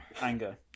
anger